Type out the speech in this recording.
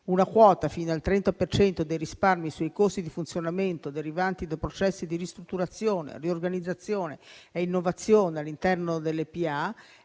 una quota fino al 30 per cento dei risparmi sui costi di funzionamento derivanti da processi di ristrutturazione, riorganizzazione e innovazione all'interno delle